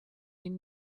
این